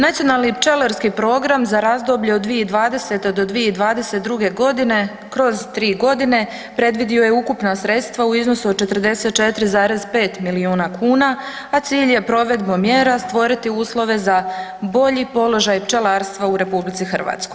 Nacionalni pčelarski program za razdoblje od 2020. do 2022. godine kroz 3 godine predvidio je ukupna sredstva u iznosu od 44,5 miliona kuna, a cilj je provedbom mjera stvoriti uslove za bolji položaj pčelarstva u RH.